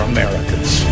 Americans